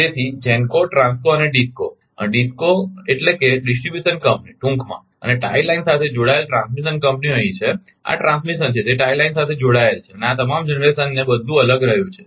તેથી genco transco અને disco disco એટલે કે ડિસ્ટ્રિબ્યુશન કંપની ટૂંકમાં અને ટાઇ લાઇન સાથે જોડાયેલ ટ્રાન્સમિશન કંપનીઓ અહીં છે આ ટ્રાન્સમિશન છે તે ટાઇ લાઇન સાથે જોડાયેલ છે અને આ તમામ જનરેશન ને બધું અલગ રહ્યું છે